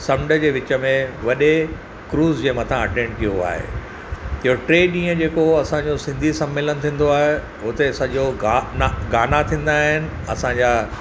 समुंड जे विच में वॾे क्रूज़ जे मथां अटेंड कयो आहे इहो टे ॾींहं जेको उहो असांजो सिंधी सम्मेलन थींदो आहे हुते सॼो गा ना गाना थींदा आहिनि असांजा